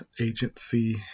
Agency